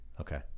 Okay